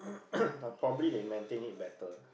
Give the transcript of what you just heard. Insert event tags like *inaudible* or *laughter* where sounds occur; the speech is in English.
*coughs* but probably they maintain it better